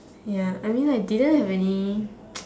ya I mean I didn't have any